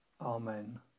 Amen